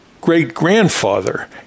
great-grandfather